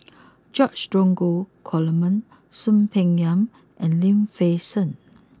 George Dromgold Coleman Soon Peng Yam and Lim Fei Shen